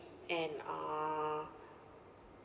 and uh